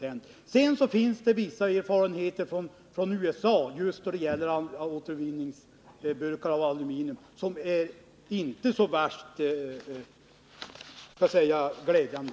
Dessutom finns det vissa erfarenheter från USA när det gäller återvinningsburkar av aluminium. Dessa erfarenheter är inte särskilt glädjande.